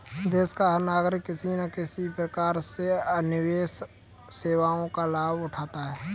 देश का हर नागरिक किसी न किसी प्रकार से निवेश सेवाओं का लाभ उठाता है